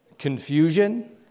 Confusion